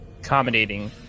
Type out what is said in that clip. accommodating